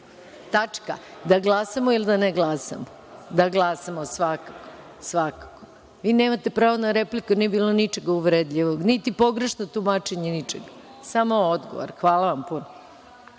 Tačka. Da glasamo ili ne glasamo? Da glasamo, svakako. Vi nemate pravo na repliku nije bilo ničeg uvredljivog, niti pogrešnog tumačenja, ničega. Samo je odgovor. Hvala vam puno.